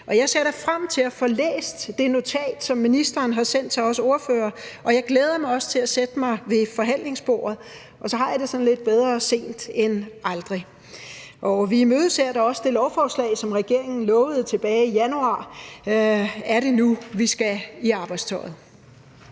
jeg ser da frem til at få læst det notat, som ministeren har sendt til os ordførere, og jeg glæder mig også til at sætte mig ved forhandlingsbordet. Og så har jeg det lidt sådan, at det er bedre sent end aldrig. Vi imødeser da også det lovforslag, som regeringen lovede tilbage i januar. Er det nu, vi skal i arbejdstøjet?